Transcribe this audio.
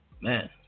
Man